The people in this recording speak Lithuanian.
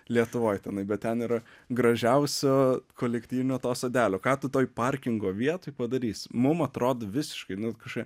lietuvoj tenai bet ten yra gražiausio kolektyvinio to sodelio ką tu toj parkingo vietoj padarysi mum atrodo visiškai nu kažkokia